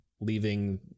leaving